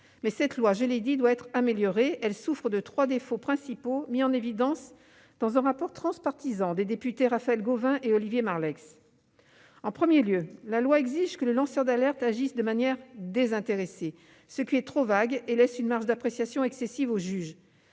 Mais cette loi, je l'ai dit, doit être améliorée, car elle souffre de trois défauts principaux, mis en évidence dans un rapport transpartisan des députés Raphaël Gauvain et Olivier Marleix. En premier lieu, la loi exige que le lanceur d'alerte agisse de manière « désintéressée », ce qui est trop vague et laisse une marge d'appréciation excessive au juge.